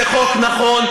זה חוק נכון,